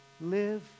live